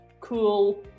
cool